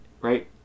right